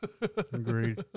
Agreed